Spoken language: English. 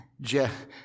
Jeff